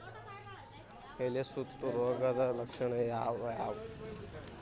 ಎಲೆ ಸುತ್ತು ರೋಗದ ಲಕ್ಷಣ ಯಾವ್ಯಾವ್?